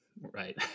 Right